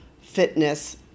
fitness